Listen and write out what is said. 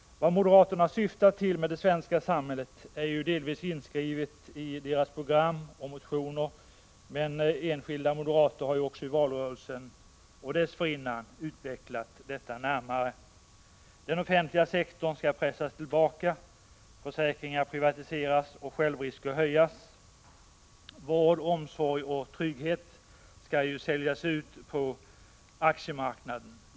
Vad moderaterna syftar till med det svenska samhället är delvis inskrivet i deras program och motioner, men enskilda moderater har också i valrörelsen och dessförinnan utvecklat detta närmare. Den offentliga sektorn skall pressas tillbaka, försäkringar privatiseras och självrisker höjas. Vård, omsorg och trygghet skall säljas ut på aktiemarknaden.